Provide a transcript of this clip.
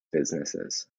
businesses